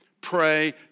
pray